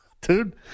Dude